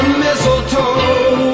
mistletoe